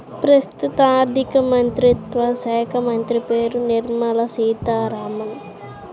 ప్రస్తుత ఆర్థికమంత్రిత్వ శాఖామంత్రి పేరు నిర్మల సీతారామన్